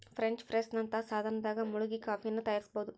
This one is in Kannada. ಫ್ರೆಂಚ್ ಪ್ರೆಸ್ ನಂತಹ ಸಾಧನದಾಗ ಮುಳುಗಿ ಕಾಫಿಯನ್ನು ತಯಾರಿಸಬೋದು